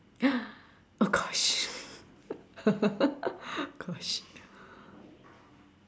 oh gosh oh shit